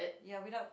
ya without